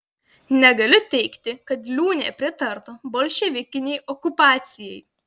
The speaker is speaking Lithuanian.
negaliu teigti kad liūnė pritartų bolševikinei okupacijai